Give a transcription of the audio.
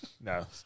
No